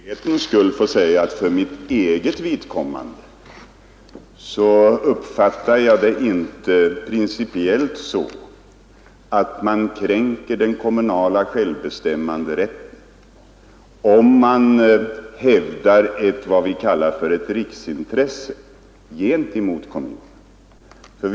Fru talman! Jag skall bara för tydlighetens skull säga att jag för eget vidkommande inte uppfattar det principiellt så att man kränker den kommunala självbestämmanderätten, om man hävdar vad vi kallar för ett riksintresse gentemot kommunen.